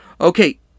Okay